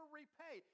repay